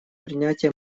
принятием